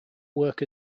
work